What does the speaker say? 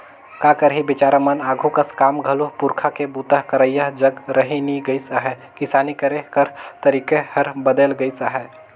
का करही बिचारा मन आघु कस काम घलो पूरखा के बूता करइया जग रहि नी गइस अहे, किसानी करे कर तरीके हर बदेल गइस अहे